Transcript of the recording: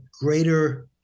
greater